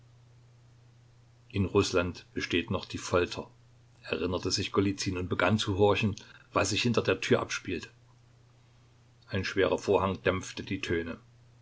in rußland besteht noch die folter erinnerte sich golizyn und begann zu horchen was sich hinter der tür abspielte ein schwerer vorhang dämpfte die töne